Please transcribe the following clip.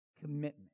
commitment